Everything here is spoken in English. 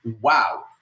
wow